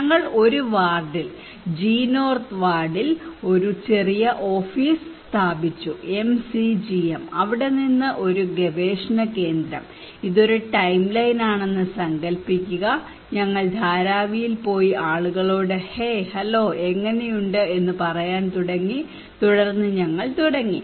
ഞങ്ങൾ ഒരു വാർഡിൽ ജി നോർത്ത് വാർഡിൽ ഒരു ചെറിയ ഓഫീസ് സ്ഥാപിച്ചു MCGM അവിടെ നിന്ന് ഒരു ഗവേഷണ കേന്ദ്രം ഇതൊരു ടൈംലൈൻ ആണെന്ന് സങ്കൽപ്പിക്കുക ഞങ്ങൾ ധാരാവിയിൽ പോയി ആളുകളോട് ഹേ ഹലോ എങ്ങനെയുണ്ട് എന്ന് പറയാൻ തുടങ്ങി തുടർന്ന് ഞങ്ങൾ തുടങ്ങി